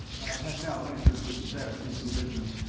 had now entered with zest into the business,